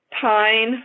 pine